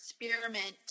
experiment